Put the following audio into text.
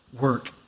work